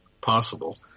possible